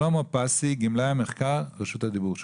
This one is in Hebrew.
שלמה פסי, גמלאי המחקר, רשות הדיבור שלך.